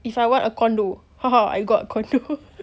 if I want a condo I got condo